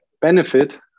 benefit